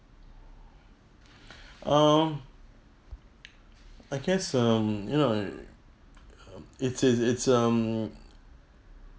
um I guess um you know you um it's it's it's um